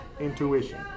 intuition